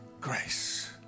grace